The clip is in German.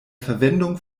verwendung